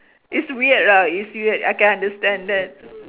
it's weird righ~ it's weird I can understand that